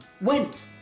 went